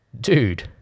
Dude